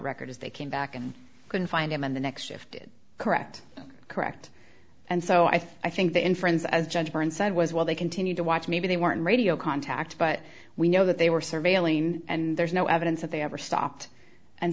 records they came back and couldn't find him and the next shifted correct correct and so i think the inference as judge brinn said was well they continued to watch maybe they weren't radio contact but we know that they were surveilling and there's no evidence that they ever stopped and